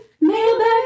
mailbag